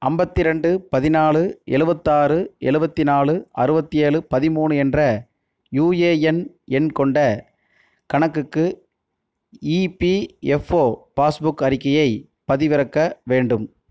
ஐம்பத்தி ரெண்டு பதினாலு எழுபத்தாறு எழுபத்தி நாலு அறுபத்தி ஏழு பதிமூணு என்ற யுஏஎன் எண் கொண்ட கணக்குக்கு இபிஎஃப்ஓ பாஸ்புக் அறிக்கையை பதிவிறக்க வேண்டும்